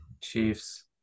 Chiefs